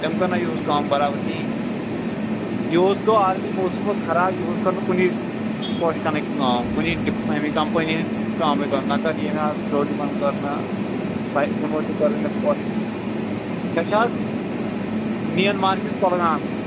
تٔمۍ کٔر نا یہُس کأم برابر کہیٖنٛۍ یہُس گوٚو آلریڈی موسم حظ خراب یہُس کٔر نہٕ کُنی پوشہٕ کنٕکۍ کٔام کُنی ڈِپ امہِ کمپٔنی کٲمٕے کٔر نہٕ نہَ کٔر ییٚمۍ حظ پروزِبن کٔر نہٕ تہٕ یِمٕے تہِ کٔری نہٕ پوشہِ مےٚ چھِ حظ مین مارکیٹ کولگام